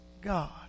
God